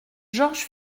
georges